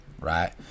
right